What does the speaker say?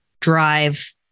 drive